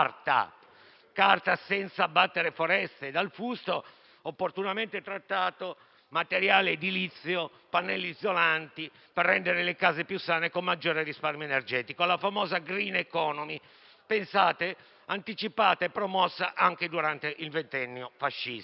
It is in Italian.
carta, senza abbattere foreste. Dal fusto, opportunamente trattato, abbiamo ottenuto materiale edilizio, pannelli isolanti per rendere le case più sane e con maggiore risparmio energetico; la famosa *green economy* - pensate - anticipata e promossa anche durante il Ventennio fascista.